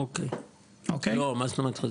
אוקי, לא, מה זאת אומרת?